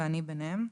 ואני ביניהם,